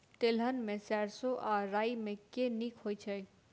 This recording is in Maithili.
तेलहन मे सैरसो आ राई मे केँ नीक होइ छै?